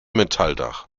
metalldach